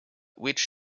which